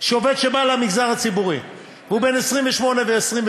שעובד שבא למגזר הציבורי והוא בן 28 ו-29,